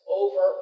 over